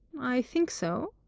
i think so.